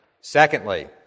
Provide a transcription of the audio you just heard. Secondly